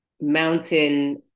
mountain